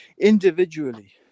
individually